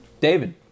David